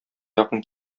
якын